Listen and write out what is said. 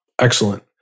Excellent